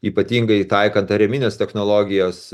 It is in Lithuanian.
ypatingai taikant aremines technologijas